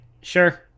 sure